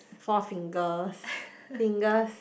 Four-Fingers Fingers